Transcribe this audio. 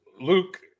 luke